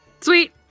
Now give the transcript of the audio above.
Sweet